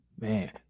Man